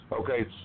Okay